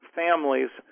families